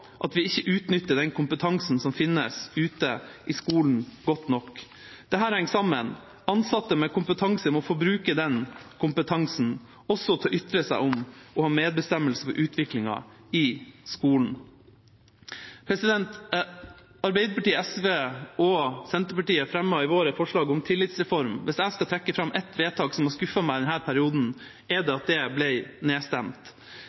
at vi ikke utnytter den kompetansen som finnes ute i skolen, godt nok. Dette henger sammen. Ansatte med kompetanse må få bruke den kompetansen også til å ytre seg om og ha medbestemmelse på utviklingen i skolen. Arbeiderpartiet, SV og Senterpartiet fremmet i vår et forslag om tillitsreform. Hvis jeg skal trekke fram en votering som har skuffet meg i denne perioden, er det at dette ble nedstemt.